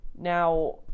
now